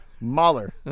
Mahler